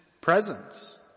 presence